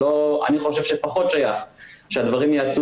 אני חושב שפחות שייך שהדברים ייעשו